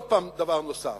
עוד פעם דבר נוסף,